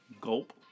Gulp